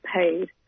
paid